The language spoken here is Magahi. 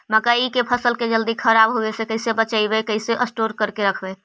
मकइ के फ़सल के जल्दी खराब होबे से कैसे बचइबै कैसे स्टोर करके रखबै?